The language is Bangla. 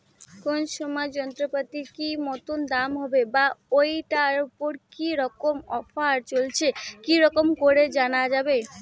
কোন সময় যন্ত্রপাতির কি মতন দাম হবে বা ঐটার উপর কি রকম অফার চলছে কি রকম করি জানা যাবে?